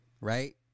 right